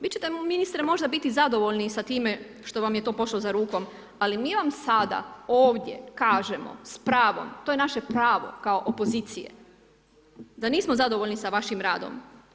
Vi ćete ministre, možda biti zadovoljni sa time što vam je to pošlo za rukom, ali mi vam sada ovdje kažemo s pravom, to je naše pravo kao opozicije da nismo zadovoljni sa vašim radom.